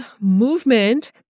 movement